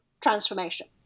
transformation